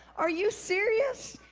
are you serious?